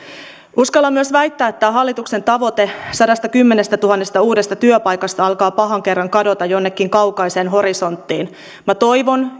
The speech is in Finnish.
uskallan myös väittää että hallituksen tavoite sadastakymmenestätuhannesta uudesta työpaikasta alkaa pahan kerran kadota jonnekin kaukaiseen horisonttiin minä toivon